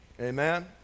Amen